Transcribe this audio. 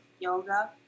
yoga